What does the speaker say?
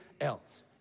else